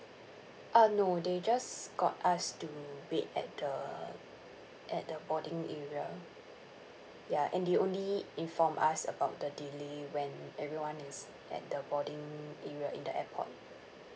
uh no they just got us to wait at the at the boarding area ya and they only inform us about the delay when everyone is at the boarding area in the airport